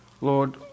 Lord